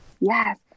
Yes